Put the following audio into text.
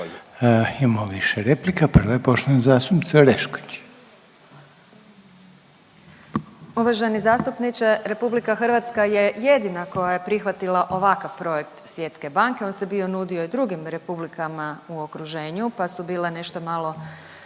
Dalija (Stranka s imenom i prezimenom)** Uvaženi zastupniče, RH je jedina koja je prihvatila ovakav projekt Svjetske banke. Se bio nudio i drugim republikama u okruženju, pa su bile nešto malo